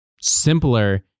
simpler